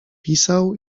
pisał